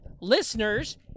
Listeners